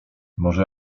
może